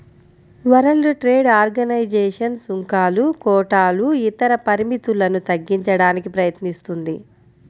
world trade organisation సుంకాలు, కోటాలు ఇతర పరిమితులను తగ్గించడానికి ప్రయత్నిస్తుంది